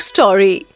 Story